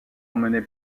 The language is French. emmené